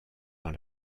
dans